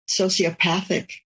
sociopathic